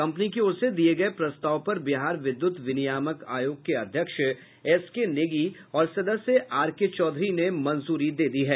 company की ओर से दिये गये प्रस्ताव पर बिहार विद्युत विनियामक आयोग के अध्यक्ष एसकेनेगी और सदस्य आर के चौधरी ने मंजूरी दे दी है